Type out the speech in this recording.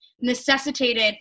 necessitated